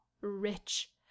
rich